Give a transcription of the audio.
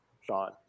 Sean